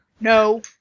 No